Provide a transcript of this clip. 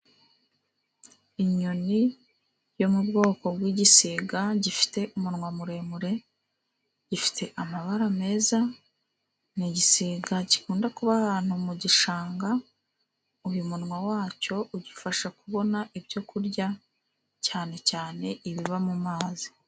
Inyoni yo mu bwoko bw'igisiga gifite umunwa muremure, gifite amabara meza, ni igisiga gikunda kuba ahantu mu gishanga, uyu munwa wacyo ugifasha kubona ibyo kurya, cyane cyane ibiba mu mazi.